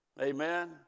Amen